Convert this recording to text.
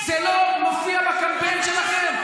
זה לא מופיע בקמפיין שלכם?